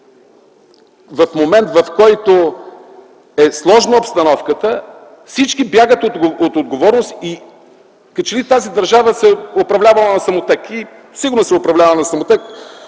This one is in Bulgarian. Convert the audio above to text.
в момент, в който е сложна обстановката, всички бягат от отговорност, като че ли тази държава се е управлявала на самотек. И сигурно се е управлявала на самотек,